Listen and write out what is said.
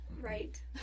Right